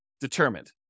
determined